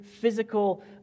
physical